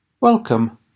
Welcome